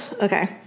Okay